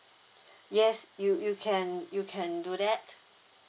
yes you you can you can do that